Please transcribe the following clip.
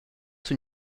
sun